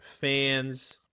fans